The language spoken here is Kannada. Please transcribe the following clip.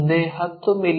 ಮುಂದೆ 10 ಮಿ